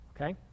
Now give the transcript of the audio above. Okay